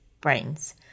brains